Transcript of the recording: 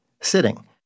sitting